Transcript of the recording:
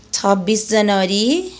छब्बिस जनवरी